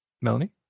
Melanie